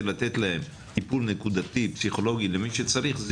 לתת להם טיפול פסיכולוגי נקודתי למי שצריך,